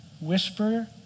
whisper